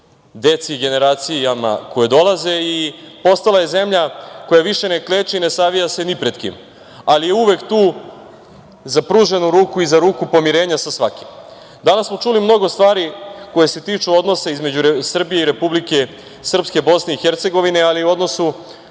deci i generacijama koje dolaze i postala je zemlja koja više ne kleči i ne savija se ni pred kim, ali je uvek tu za pruženu ruku i za ruku pomirenja sa svakim. Danas smo čuli mnogo stvari koje se tiču odnosa između Srbije i Republike Srpske, Bosne i Hercegovine, ali i odnosu